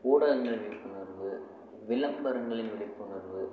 ஊடகங்கள் விழிப்புணர்வு விளம்பரங்களின் விழிப்புணர்வு